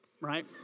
Right